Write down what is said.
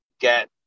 get